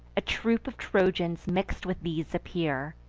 a troop of trojans mix'd with these appear,